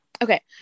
Okay